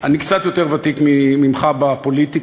אני קצת יותר ותיק ממך בפוליטיקה,